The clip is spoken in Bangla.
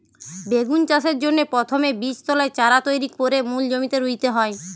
বেগুন চাষের জন্যে প্রথমে বীজতলায় চারা তৈরি কোরে মূল জমিতে রুইতে হয়